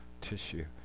tissue